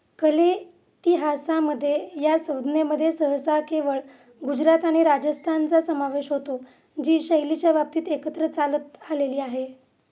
कलेतिहासामध्ये या संज्ञेमध्ये सहसा केवळ गुजरात आणि राजस्थानचा समावेश होतो जी शैलीच्या बाबतीत एकत्र चालत आलेली आहे